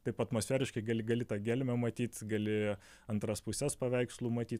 taip atmosferiškai gali gali tą gelmę matyt gali antras puses paveikslų matyt